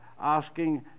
asking